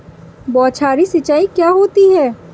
बौछारी सिंचाई क्या होती है?